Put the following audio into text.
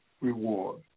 reward